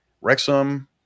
Wrexham